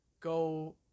go